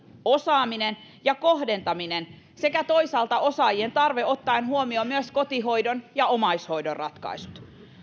osaaminen ja kohdentaminen sekä toisaalta osaajien tarve ottaen huomioon myös kotihoidon ja omaishoidon ratkaisut